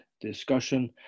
discussion